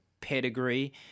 pedigree